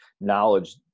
knowledge